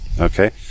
okay